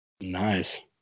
Nice